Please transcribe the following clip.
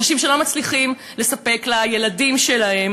אנשים שלא מצליחים לספק לילדים שלהם